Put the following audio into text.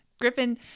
Griffin